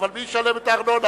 אבל מי ישלם את הארנונה?